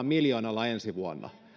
miljoonalla ensi vuonna